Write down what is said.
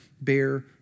bear